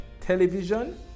television